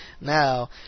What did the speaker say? Now